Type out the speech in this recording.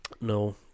no